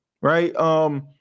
Right